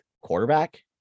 quarterback